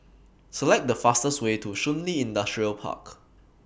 Select The fastest Way to Shun Li Industrial Park